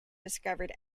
discovered